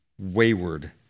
wayward